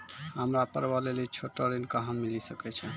हमरा पर्वो लेली छोटो ऋण कहां मिली सकै छै?